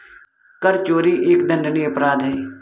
कर चोरी एक दंडनीय अपराध है